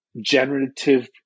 generative